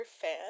fan